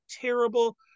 terrible